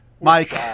Mike